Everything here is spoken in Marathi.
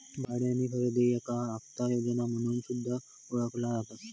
भाड्यानो खरेदी याका हप्ता योजना म्हणून सुद्धा ओळखला जाता